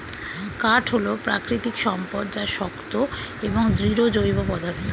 কাঠ হল প্রাকৃতিক সম্পদ যা শক্ত এবং দৃঢ় জৈব পদার্থ